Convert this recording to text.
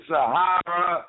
Sahara